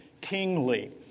kingly